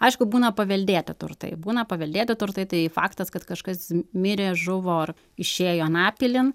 aišku būna paveldėti turtai būna paveldėti turtai tai faktas kad kažkas mirė žuvo ar išėjo anapilin